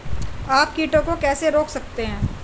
आप कीटों को कैसे रोक सकते हैं?